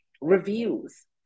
reviews